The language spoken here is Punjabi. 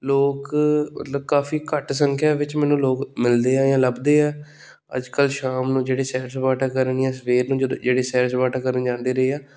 ਲੋਕ ਮਤਲਬ ਕਾਫੀ ਘੱਟ ਸੰਖਿਆ ਵਿੱਚ ਮੈਨੂੰ ਲੋਕ ਮਿਲਦੇ ਆ ਜਾਂ ਲੱਭਦੇ ਆ ਅੱਜ ਕੱਲ੍ਹ ਸ਼ਾਮ ਨੂੰ ਜਿਹੜੇ ਸੈਰ ਸਪਾਟਾ ਕਰਨੀਆਂ ਸਵੇਰ ਨੂੰ ਜਦੋਂ ਜਿਹੜੀ ਸੈਰ ਸਪਾਟਾ ਕਰਨ ਜਾਂਦੇ ਰਹੇ ਆ